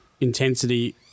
Intensity